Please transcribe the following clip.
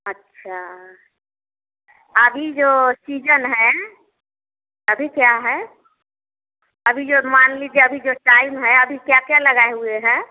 अच्छा आभी जो सीजन हैं अभी क्या है अभी जो मान लीजिए अभी जो टाइम है अभी क्या क्या लगाए हुए हैं